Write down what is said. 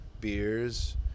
beers